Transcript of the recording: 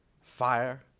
fire